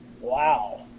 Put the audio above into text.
wow